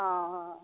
অ অ